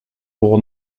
pour